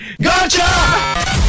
Gotcha